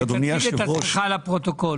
ותציג את עצמך לפרוטוקול.